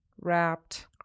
wrapped